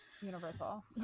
universal